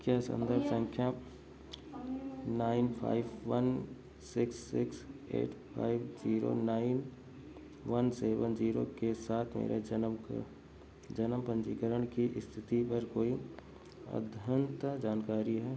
क्या सन्दर्भ सँख्या nine five one six six eight five zero nine one seven zero के साथ मेरे जनम के जनम पन्जीकरण की ईस्थिति पर कोई अद्यतन जानकारी है